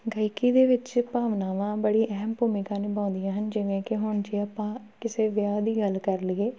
ਗਾਇਕੀ ਦੇ ਵਿੱਚ ਭਾਵਨਾਵਾਂ ਬੜੀ ਅਹਿਮ ਭੂਮਿਕਾ ਨਿਭਾਉਂਦੀਆਂ ਹਨ ਜਿਵੇਂ ਕਿ ਹੁਣ ਜੇ ਆਪਾਂ ਕਿਸੇ ਵਿਆਹ ਦੀ ਗੱਲ ਕਰ ਲਈਏ